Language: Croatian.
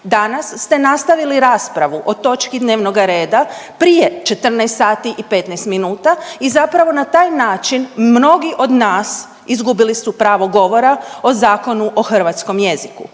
Danas ste nastavili raspravu o točki dnevnoga reda prije 14 sati i 15 minuta i zapravo na taj način mnogi od nas izgubili su pravo govora o Zakonu o hrvatskom jeziku.